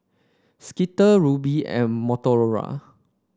Skittle Rubi and Motorola